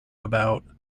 about